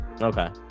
Okay